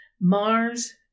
Mars